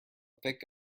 thick